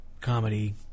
comedy